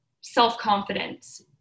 self-confidence